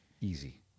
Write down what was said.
easy